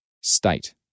state